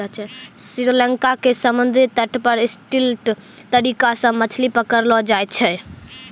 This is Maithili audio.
श्री लंका के समुद्री तट पर स्टिल्ट तरीका सॅ मछली पकड़लो जाय छै